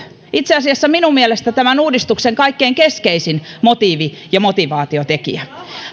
itse asiassa minun mielestäni tämän uudistuksen kaikkein keskeisin motiivi ja motivaatiotekijä